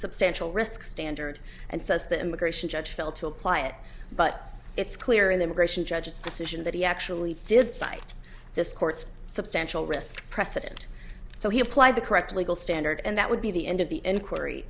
substantial risk standard and says the immigration judge felt to apply it but it's clear in the immigration judge's decision that he actually did cite this court's substantial risk precedent so he applied the correct legal standard and that would be the end of the inquiry